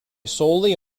solely